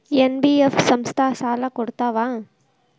NBF ಸಂಸ್ಥಾ ಸಾಲಾ ಕೊಡ್ತಾವಾ?